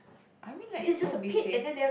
I mean like it could be safe